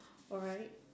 alright